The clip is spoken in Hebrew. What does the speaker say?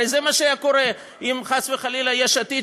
הרי זה מה שהיה קורה אם חס וחלילה יש עתיד